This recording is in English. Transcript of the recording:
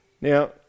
Now